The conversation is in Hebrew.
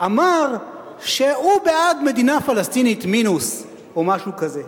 אמר שהוא בעד מדינה פלסטינית מינוס, או משהו כזה.